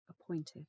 appointed